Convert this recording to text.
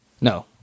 no